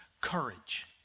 courage